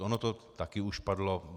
Ono to taky už padlo.